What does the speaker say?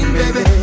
baby